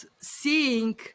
seeing